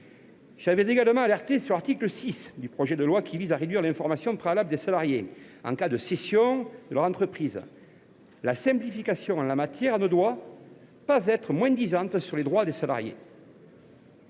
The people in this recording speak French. J’ai également alerté sur l’article 6, qui réduit l’information préalable des salariés en cas de cession de leur entreprise. La simplification en la matière ne doit pas être moins disante au regard des droits des salariés.